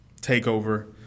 takeover